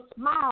smile